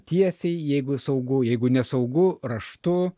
tiesiai jeigu saugu jeigu nesaugu raštu